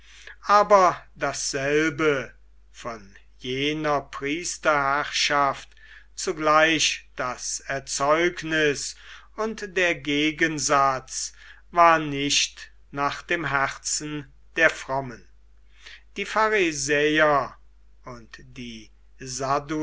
aber dasselbe von jener priesterherrschaft zugleich das erzeugnis und der gegensatz war nicht nach dem herzen der frommen die pharisäer und die